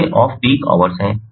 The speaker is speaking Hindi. तो वे ऑफ पीक आवर्स हैं